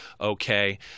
okay